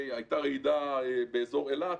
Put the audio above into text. הייתה רעידה באזור אילת,